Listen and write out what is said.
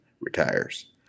retires